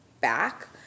back